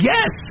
Yes